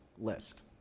list